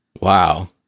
Wow